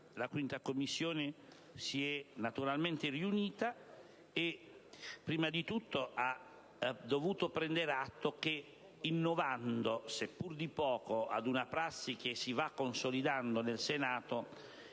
la 5a Commissione si è riunita e prima di tutto ha dovuto prendere atto che, innovando seppur di poco una prassi che si va consolidando nel Senato,